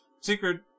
Secret